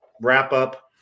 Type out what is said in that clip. wrap-up